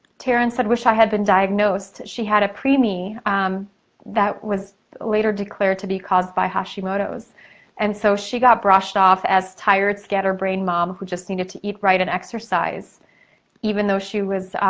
taran said, wish i had been diagnosed. she had a preemie that was later declared to be caused by hashimoto's and so she got brushed off as tired, scatterbrained mom who just needed to eat right and exercise even though she was,